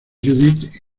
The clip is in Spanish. judith